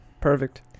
Perfect